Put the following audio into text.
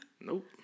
Nope